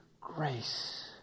grace